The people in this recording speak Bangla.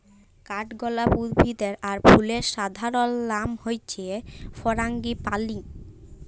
কাঠগলাপ উদ্ভিদ আর ফুলের সাধারণলনাম হচ্যে ফারাঙ্গিপালি